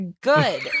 good